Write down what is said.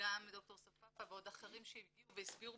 גם ד"ר ספפה ועוד אחרים שהגיעו והסבירו